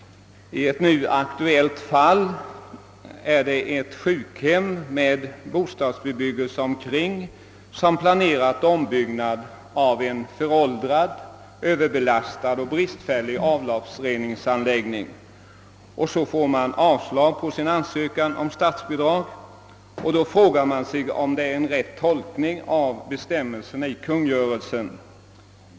I det aktuella fallet är det fråga om ett sjukhem med bostadsbebyggelse omkring som planerat ombyggnad av en föråldrad, överbelastad och bristfällig avloppsreningsanläggning. Man fick avslag på sin ansökan om statsbidrag och frågade sig då, om tolkningen av kungörelsen verkligen var riktig.